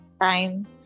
time